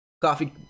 coffee